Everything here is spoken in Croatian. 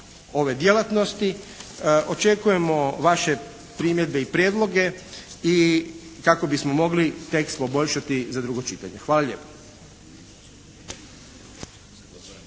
ove djelatnosti očekujemo vaše primjedbe i prijedloge i kako bismo mogli tekst poboljšati za drugo čitanje. Hvala lijepa.